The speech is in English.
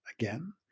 again